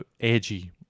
edgy